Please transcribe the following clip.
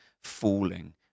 falling